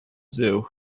zoo